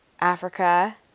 Africa